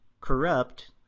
corrupt